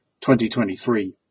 2023